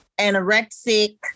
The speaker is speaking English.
anorexic